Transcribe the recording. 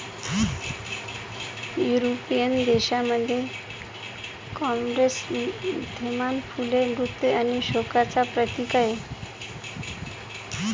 European देशांमध्ये, chrysanthemum फुले मृत्यू आणि शोकांचे प्रतीक आहेत